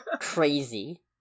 Crazy